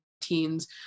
teens